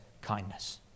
kindness